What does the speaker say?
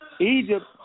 Egypt